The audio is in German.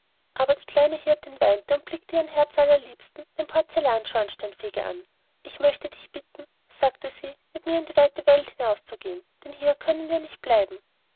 aber die kleine hirtin weinte und blickte ihren herzallerliebsten den porzellanschornsteinfeger an ich möchte dich bitten sagte sie mit mir in die weite welt hinauszugehen denn hier können wir nicht bleiben